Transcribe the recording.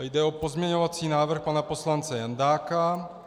Jde o pozměňovací návrh pana poslance Jandáka.